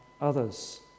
others